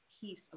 piece